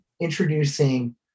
introducing